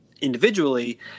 individually